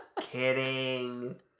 Kidding